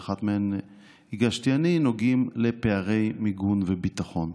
שאחת מהן הגשתי אני, נוגעים לפערי מיגון וביטחון.